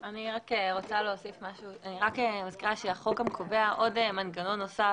אני רק מזכירה שהחוק גם קובע מנגנון נוסף,